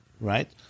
right